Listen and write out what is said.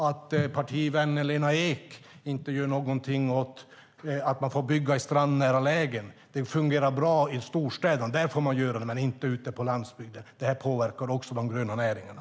Att partivännen Lena Ek inte gör någonting åt att man får bygga i strandnära lägen, som fungerar bra i storstäderna men inte ute på landsbygden, påverkar också de gröna näringarna.